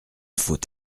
faut